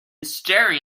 staring